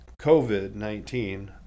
COVID-19